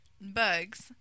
bugs